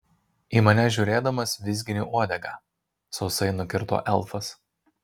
į mane žiūrėdamas vizgini uodegą sausai nukirto elfas